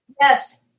Yes